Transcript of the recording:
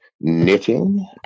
knitting